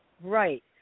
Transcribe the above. Right